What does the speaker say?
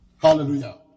Hallelujah